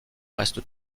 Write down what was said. reste